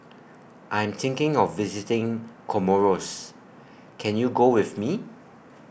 I'm thinking of visiting Comoros Can YOU Go with Me